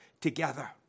together